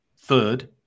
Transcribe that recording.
third